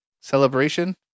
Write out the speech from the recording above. celebration